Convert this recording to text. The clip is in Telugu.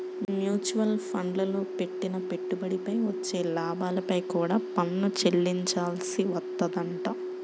మ్యూచువల్ ఫండ్లల్లో పెట్టిన పెట్టుబడిపై వచ్చే లాభాలపై కూడా పన్ను చెల్లించాల్సి వత్తదంట